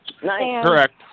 Correct